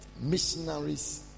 missionaries